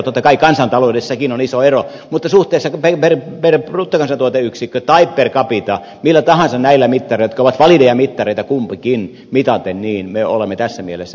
totta kai kansantaloudessakin on iso ero mutta suhteessa meidän bruttokansantuoteyksiköllä tai per capita millä tahansa näillä mittareilla jotka ovat valideja mittareita kumpikin mitaten me olemme tässä mielessä ihan hyvässä kunnossa